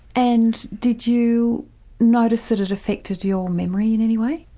and did you notice that it affected your memory in any way?